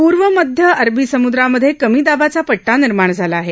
पूर्व मध्य अरबी समुद्रामध्ये कमी दाबाचा पटटा निर्माण झाला आहे